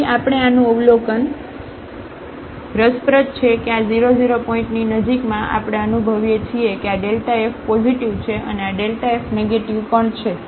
તેથી આપણે આનું અવલોકન રસપ્રદ છે કે આ 00 પોઇન્ટની નજીકમાં આપણે અનુભવીએ છીએ કે આ f પોઝિટિવ છે અને આ f નેગેટીવ પણ છે